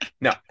No